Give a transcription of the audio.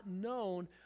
known